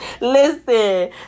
Listen